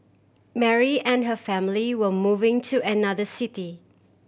Mary and her family were moving to another city